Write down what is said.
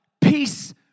peace